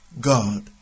God